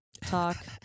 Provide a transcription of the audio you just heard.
talk